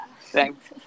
Thanks